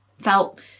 Felt